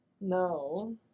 No